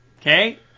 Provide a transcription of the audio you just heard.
okay